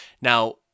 Now